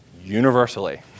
Universally